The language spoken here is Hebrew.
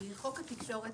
חוק התקשורת